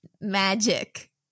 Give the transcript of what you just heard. magic